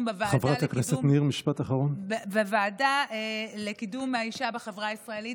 דיון בוועדה לקידום מעמד האישה בחברה הישראלית.